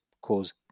cause